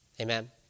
Amen